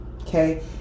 okay